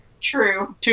True